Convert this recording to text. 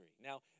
Now